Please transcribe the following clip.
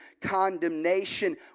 condemnation